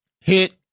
hit